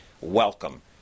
Welcome